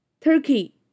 Turkey